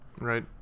Right